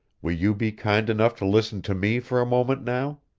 will you be kind enough to listen to me for a moment now?